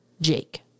Jake